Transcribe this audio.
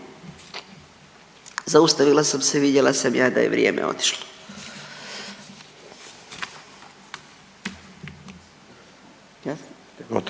Zaustavila sam se, vidjela sam ja da je vrijeme otišlo.